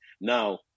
now